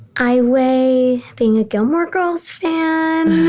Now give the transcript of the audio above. i weigh being a gilmore girls fan.